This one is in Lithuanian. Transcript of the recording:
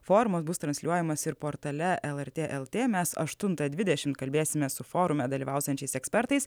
formos bus transliuojamas ir portale lrt lt mes aštunta dvidešim kalbėsime su forume dalyvausiančiais ekspertais